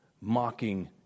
mocking